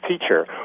teacher